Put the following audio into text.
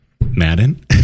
madden